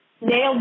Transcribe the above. Nailed